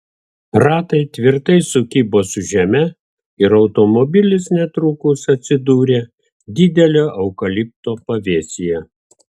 ratai tvirtai sukibo su žeme ir automobilis netrukus atsidūrė didelio eukalipto pavėsyje